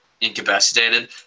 incapacitated